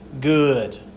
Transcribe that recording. good